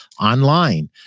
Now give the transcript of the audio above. online